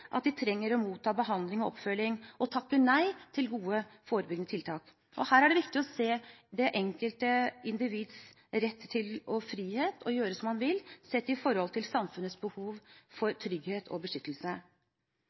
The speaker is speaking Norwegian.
at de trenger å motta behandling og oppfølging, og takker nei til gode, forebyggende tiltak. Her er det viktig å se det enkelte individs rett til frihet og å gjøre som man vil, i forhold til samfunnets behov for trygghet og beskyttelse.